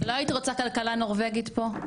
לא היית רוצה כלכלה נורבגית פה?